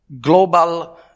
global